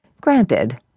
Granted